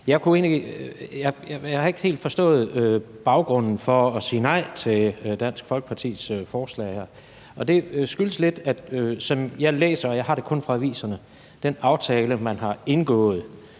Jeg har ikke helt forstået baggrunden for at sige nej til Dansk Folkepartis forslag her. Det skyldes lidt, at jeg læser den aftale, man har indgået